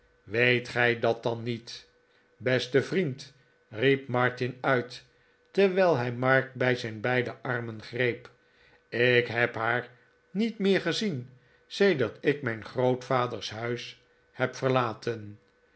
weet gij dat dan niet beste vriend riep martin uit terwijl hij mark bij zijn beide armen greep ik heb haar niet meer gezien sedert ik mijn grootvaders huis heb verlaten